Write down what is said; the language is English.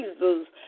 Jesus